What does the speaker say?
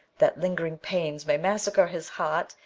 that lingering pains may massacre his heart,